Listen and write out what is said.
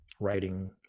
Writing